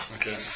Okay